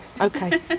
Okay